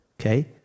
Okay